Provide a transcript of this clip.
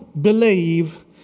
believe